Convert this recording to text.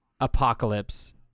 Apocalypse